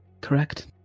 correct